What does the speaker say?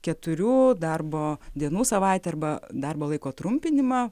keturių darbo dienų savaitę arba darbo laiko trumpinimą